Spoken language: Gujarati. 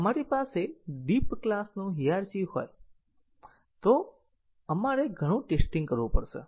જો આપણી પાસે ડીપ ક્લાસનું હયરરકી હોય તો આપણે ઘણું ટેસ્ટીંગ કરવું પડશે